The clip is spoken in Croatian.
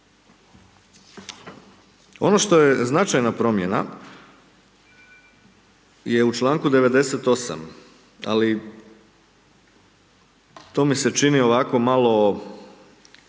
Ono što je značajna promjena je u članku 98. ali to mi se čini ovako malo